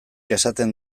esaten